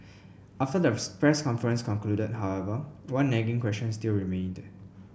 after the press conference concluded however one nagging question still remained